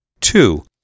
Two